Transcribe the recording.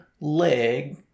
leg